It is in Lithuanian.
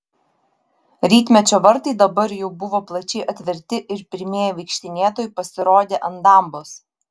rytmečio vartai dabar jau buvo plačiai atverti ir pirmieji vaikštinėtojai pasirodė ant dambos